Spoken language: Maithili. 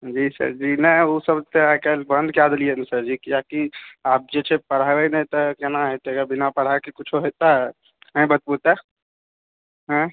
जी सर जी नहि ओ सब तऽ आइ काल्हि बन्द कए देलियै ने सर जी कियाकि आब जे छै पढ़बै नहि तऽ कोना हेतै बिना पढ़ाइके कुछो हेतै अहीं बताबू तऽ